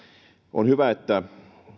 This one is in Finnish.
on hyvä että